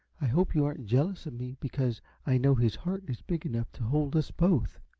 i hope you aren't jealous of me, because i know his heart is big enough to hold us both.